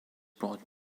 brought